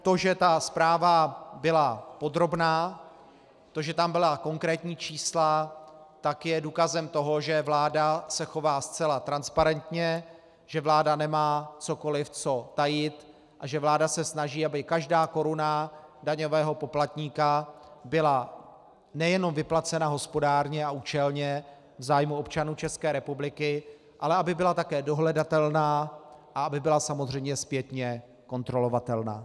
To, že zpráva byla podrobná, že tam byla konkrétní čísla, je důkazem toho, že vláda se chová zcela transparentně, že vláda nemá cokoliv co tajit a že vláda se snaží, aby každá koruna daňového poplatníka byla nejenom vyplacena hospodárně a účelně v zájmu občanů České republiky, ale aby byla také dohledatelná a aby byla samozřejmě zpětně kontrolovatelná.